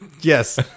Yes